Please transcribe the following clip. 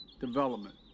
development